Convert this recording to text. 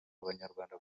abanyarwanda